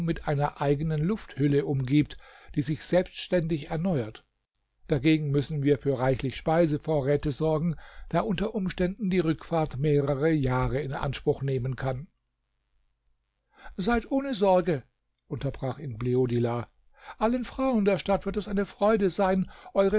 mit einer eigenen lufthülle umgibt die sich selbständig erneuert dagegen müssen wir für reichliche speisevorräte sorgen da unter umständen die rückfahrt mehrere jahre in anspruch nehmen kann seid ohne sorge unterbrach ihn bleodila allen frauen der stadt wird es eine freude sein eure